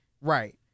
Right